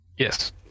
Yes